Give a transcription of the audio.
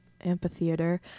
Amphitheater